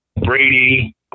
Brady